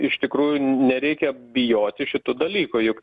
iš tikrųjų nereikia bijoti šitų dalykų juk